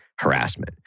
Harassment